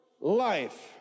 life